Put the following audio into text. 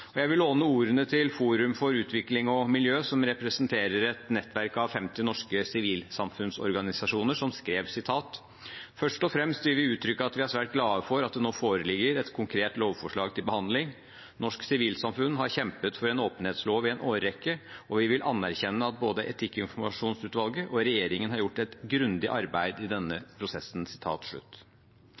Jeg vil låne ordene til Forum for utvikling og miljø, som representerer et nettverk av 50 norske sivilsamfunnsorganisasjoner. De skrev: «Først og fremst vil vi uttrykke at vi er svært glade for at det nå foreligger et konkret lovforslag til behandling. Norsk sivilsamfunn har kjempet for en åpenhetslov i en årrekke, og vi vil anerkjenne at både etikkinformasjonsutvalget og regjeringen har gjort et grundig arbeid i denne prosessen.»